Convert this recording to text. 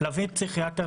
להביא פסיכיאטר,